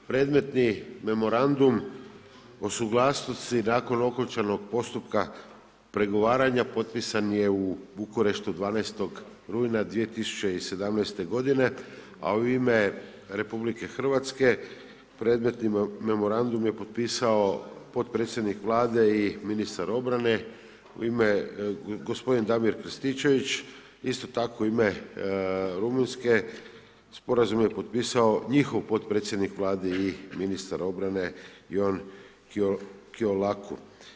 Predmetni memorandum o suglasnosti nakon okončanog postupka pregovaranja potpisan je u Bukureštu 12. rujna 2017. godine a u ime RH predmetni memorandum je potpisao potpredsjednik Vlade i ministar obrane gospodin Damir Krstičević, isto tako u ime Rumunjske sporazum je potpisao njihov potpredsjednik Vlade i ministar obrane Ion Ciolacuo.